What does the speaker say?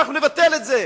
אנחנו נבטל את זה.